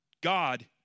God